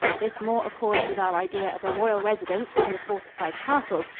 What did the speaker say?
this more accords with our idea of a royal residence than the fortified castles,